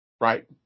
Right